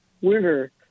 winter